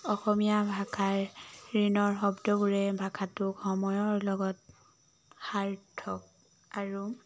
অসমীয়া ভাষাৰ ঋণৰ শব্দবোৰে ভাষাটোক সময়ৰ লগত সাৰ্থক আৰু